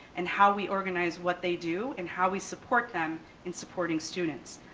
and how we organize what they do and how we support them in supporting students.